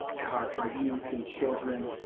our our youth and children.